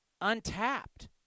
untapped